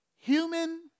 Human